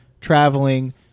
traveling